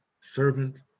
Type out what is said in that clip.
servant